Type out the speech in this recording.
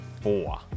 four